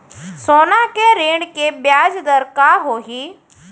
सोना के ऋण के ब्याज दर का होही?